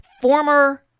former